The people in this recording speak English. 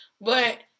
but-